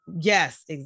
yes